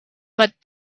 but